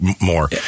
more